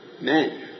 Men